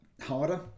harder